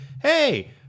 hey